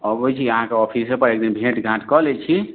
अबैत छी अहाँके ऑफिसे पर एक दिन भेट घाट कऽ लैत छी